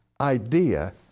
idea